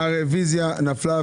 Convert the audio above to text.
הצבעה הרוויזיה נדחתה הרוויזיה נפלה.